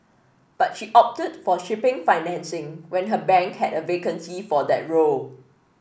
but she opted for shipping financing when her bank had a vacancy for that role